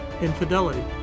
infidelity